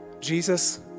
Jesus